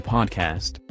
Podcast